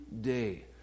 day